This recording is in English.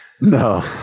No